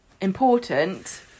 important